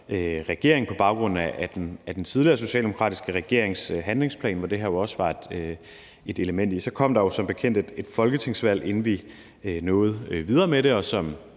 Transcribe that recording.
på baggrund af den tidligere socialdemokratiske regerings handlingsplan, som det her jo også var et element i. Så kom der jo som bekendt et folketingsvalg, inden vi nåede videre med det.